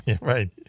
Right